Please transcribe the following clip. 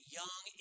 young